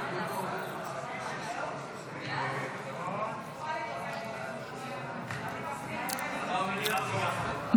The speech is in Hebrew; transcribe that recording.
חד"ש-תע"ל ורע"מ להביע אי-אמון בממשלה לא נתקבלה.